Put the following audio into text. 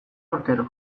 urtero